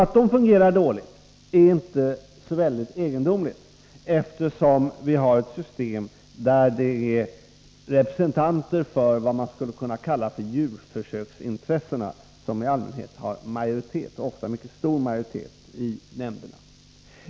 Att de fungerar dåligt är inte så väldigt egendomligt: Vi har nämligen ett system där representanter för vad man skulle kunna kalla djurförsöksintressena i allmänhet har en mycket stor majoritet i nämnderna.